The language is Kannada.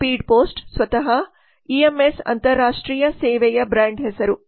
ಸ್ಪೀಡ್ ಪೋಸ್ಟ್ ಸ್ವತಃ ಇಎಂಎಸ್ ಅಂತರರಾಷ್ಟ್ರೀಯ ಸೇವೆಯ ಬ್ರಾಂಡ್ ಹೆಸರು